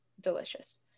Delicious